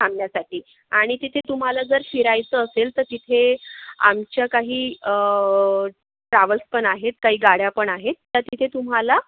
थांबण्यासाठी आणि तिथे तुम्हाला जर फिरायचं असेल तर तिथे आमच्या काही अं ट्रॅवल्स पण आहेत काही गाड्या पण आहेत त्या तिथे तुम्हाला